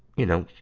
you know,